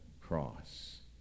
cross